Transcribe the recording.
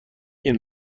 این